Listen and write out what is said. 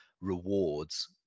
rewards